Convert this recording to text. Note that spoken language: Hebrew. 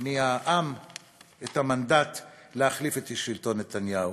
מהעם את המנדט להחליף את שלטון נתניהו,